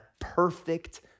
perfect